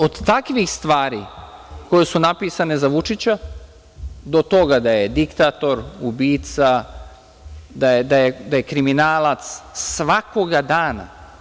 Od takvih stvari koje su napisane za Vučića, do toga da je diktator, ubica, da je kriminalac, svakoga dana.